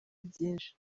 byinshi